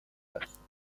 بستند